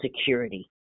security